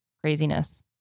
craziness